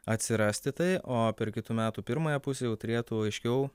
atsirasti tai o per kitų metų pirmąją pusę jau turėtų aiškiau